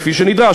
כפי שנדרש,